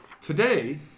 today